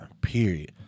period